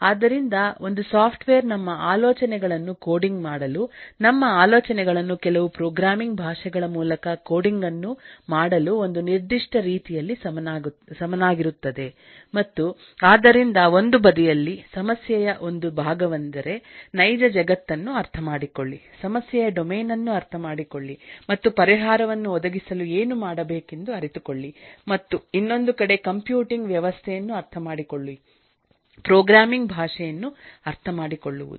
ಆದ್ದರಿಂದಒಂದು software ನಮ್ಮ ಆಲೋಚನೆಗಳನ್ನು coding ಮಾಡಲು ನಮ್ಮ ಆಲೋಚನೆಗಳನ್ನು ಕೆಲವು ಪ್ರೋಗ್ರಾಮಿಂಗ್ ಭಾಷೆಗಳ ಮೂಲಕ ಕೋಡಿಂಗ್ ಅನ್ನು ಮಾಡಲು ಒಂದುನಿರ್ದಿಷ್ಟ ರೀತಿಯಲ್ಲಿ ಸಮನಾಗಿರುತ್ತದೆ ಮತ್ತು ಆದ್ದರಿಂದ ಒಂದು ಬದಿಯಲ್ಲಿ ಸಮಸ್ಯೆಯ ಒಂದು ಭಾಗವೆಂದರೆ ನೈಜ ಜಗತ್ತನ್ನು ಅರ್ಥಮಾಡಿಕೊಳ್ಳಿ ಸಮಸ್ಯೆಯ ಡೊಮೇನ್ ಅನ್ನು ಅರ್ಥಮಾಡಿಕೊಳ್ಳಿ ಮತ್ತುಪರಿಹಾರವನ್ನು ಒದಗಿಸಲು ಏನು ಮಾಡಬೇಕೆಂದು ಅರಿತುಕೊಳ್ಳಿ ಮತ್ತು ಇನ್ನೊಂದು ಕಡೆ ಕಂಪ್ಯೂಟಿಂಗ್ ವ್ಯವಸ್ಥೆಯನ್ನು ಅರ್ಥಮಾಡಿಕೊಳ್ಳಿ ಪ್ರೋಗ್ರಾಮಿಂಗ್ ಭಾಷೆಯನ್ನು ಅರ್ಥಮಾಡಿಕೊಳ್ಳುವುದು